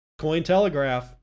Cointelegraph